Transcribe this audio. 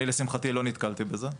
לשמחתי, לא נתקלתי בזה.